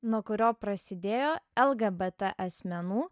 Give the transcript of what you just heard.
nuo kurio prasidėjo lgbt asmenų